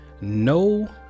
No